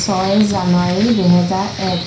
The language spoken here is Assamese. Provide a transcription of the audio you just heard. ছয় জানুৱাৰী দুহেজাৰ এক